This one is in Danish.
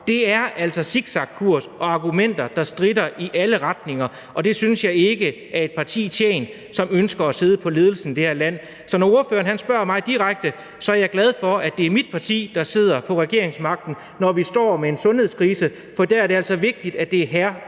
Det er altså en zigzagkurs og argumenter, der stritter i alle retninger, og det synes jeg ikke klæder et parti, som ønsker at sidde med ledelsen af det her land. Så når ordføreren spørger mig direkte, er jeg glad for, at det er mit parti, der sidder på regeringsmagten, når vi står med en sundhedskrise, for der er det altså vigtigt, at det er hr.